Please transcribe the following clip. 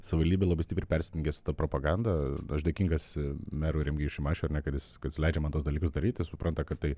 savivaldybė labai stipriai persistengia su ta propaganda aš dėkingas merui remigijui šimašiui ar ne kad jis kad jis leidžia man tuos dalykus daryti ir supranta kad tai